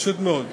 פשוט מאוד.